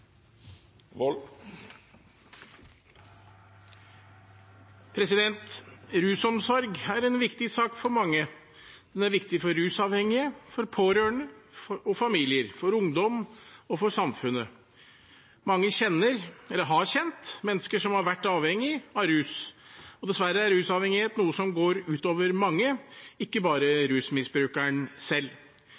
Rusomsorg er en viktig sak for mange. Den er viktig for rusavhengige, for pårørende og familier, for ungdom og for samfunnet. Mange kjenner eller har kjent mennesker som har vært avhengige av rus, og dessverre er rusavhengighet noe som går ut over mange,